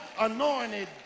anointed